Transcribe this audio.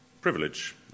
privilege